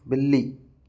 बिल्ली